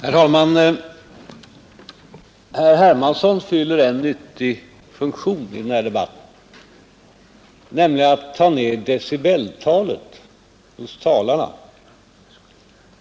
Fru talman! Herr Hermansson fyller en nyttig funktion i den här debatten, nämligen att ta ner decibeltalet hos talarna.